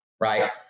right